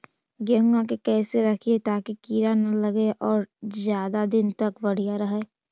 गेहुआ के कैसे रखिये ताकी कीड़ा न लगै और ज्यादा दिन तक बढ़िया रहै?